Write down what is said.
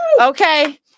okay